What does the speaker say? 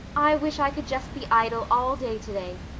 i wish i could just be idle all day today,